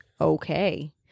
Okay